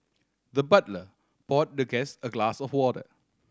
the butler poured the guest a glass of water